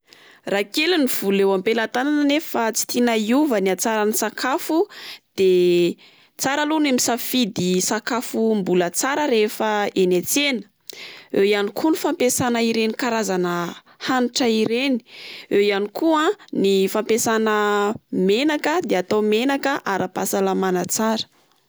Raha kely ny vola eo am-pelatanana anefa tsy tiana hiova ny hatsaran'ny sakafo de tsara aloha ny misafidy sakafo mbola tsara rehefa eny antsena, eo ihany koa ny fampiasana ireny karazana hanitra ireny, eo ihany koa a ny fampiasana menaka de atao menaka ara-pahasalamana tsara.